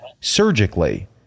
surgically